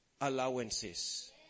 allowances